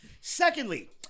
Secondly